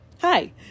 Hi